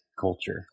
culture